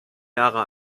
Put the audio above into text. jahre